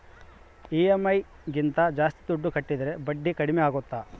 EMI ಗಿಂತ ಜಾಸ್ತಿ ದುಡ್ಡು ಕಟ್ಟಿದರೆ ಬಡ್ಡಿ ಕಡಿಮೆ ಆಗುತ್ತಾ?